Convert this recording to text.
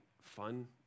fun